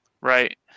right